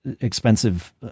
expensive